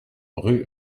rue